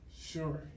Sure